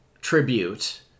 tribute